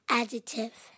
adjective